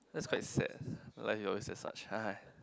that's quite sad life is always as such